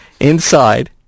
Inside